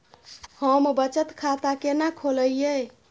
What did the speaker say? हम बचत खाता केना खोलइयै?